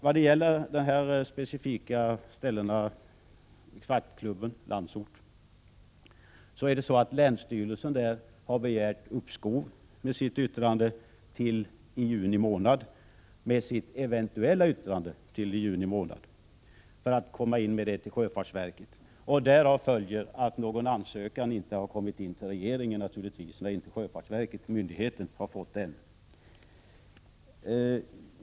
Vad gäller de specifika platserna i detta sammanhang — Svartklubben och Landsort — har länsstyrelsen begärt att få uppskov till i juni månad med att avge sitt eventuella yttrande till sjöfartsverket. Naturligtvis har någon ansökan inte inkommit till regeringen. Sjöfartsverket, myndigheten, har ju, som sagt, inte heller fått in någon ansökan.